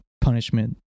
punishment